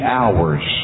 hours